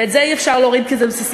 ואת זה אי-אפשר להוריד כי זה בסיסי,